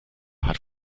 hat